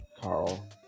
Carl